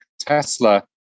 Tesla